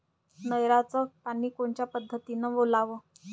नयराचं पानी कोनच्या पद्धतीनं ओलाव?